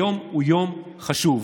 היום הוא יום חשוב,